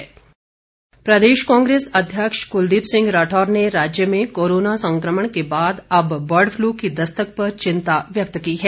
कांग्रेस प्रदेश कांग्रेस अध्यक्ष कुलदीप सिंह राठौर ने राज्य में कोरोना संक्रमण के बाद अब बर्डपलू की दस्तक पर चिंता व्यक्त की है